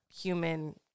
human